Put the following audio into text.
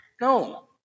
No